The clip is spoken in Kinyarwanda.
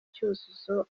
cyuzuzo